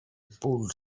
pulled